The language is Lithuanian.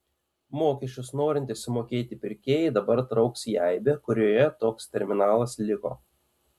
mokesčius norintys sumokėti pirkėjai dabar trauks į aibę kurioje toks terminalas liko